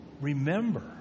remember